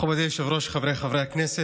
מכובדי היושב-ראש, חבריי חברי הכנסת,